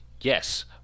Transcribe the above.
yes